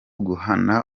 guhana